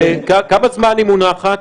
כמה זמן היא מונחת?